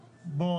בוא,